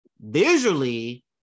visually